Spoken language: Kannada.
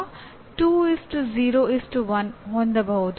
ನೀವು 2 0 0 2 0 1 ಹೊಂದಬಹುದು